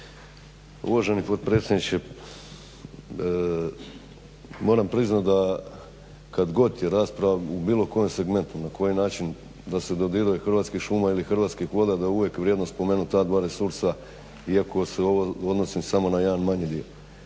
Uvaženi potpredsjedniče, moram priznati kad god je rasprava u bilo kom segmentu na koji način da se dodiruje Hrvatskih šuma ili Hrvatskih voda da je uvijek vrijedno spomenuti ta dva resursa iako se ovo odnosi samo na jedan manji dio.